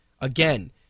Again